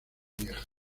vieja